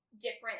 different